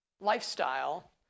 lifestyle